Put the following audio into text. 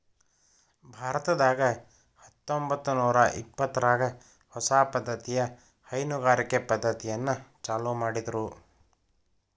ಭಾರತದಾಗ ಹತ್ತಂಬತ್ತನೂರಾ ಇಪ್ಪತ್ತರಾಗ ಹೊಸ ಪದ್ದತಿಯ ಹೈನುಗಾರಿಕೆ ಪದ್ದತಿಯನ್ನ ಚಾಲೂ ಮಾಡಿದ್ರು